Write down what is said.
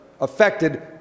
affected